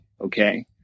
okay